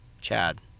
Chad